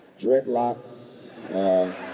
Dreadlocks